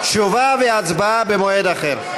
תשובה והצבעה במועד אחר.